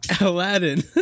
Aladdin